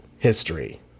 History